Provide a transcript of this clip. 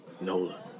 Nola